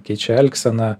keičia elgseną